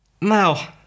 Now